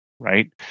Right